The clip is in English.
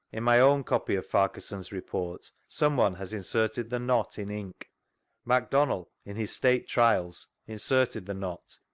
in my own copy of farquharson's report, someone has inserted the not in inlc mcdonndl, in his state trials, inserted the not.